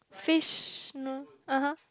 fish (uh huh)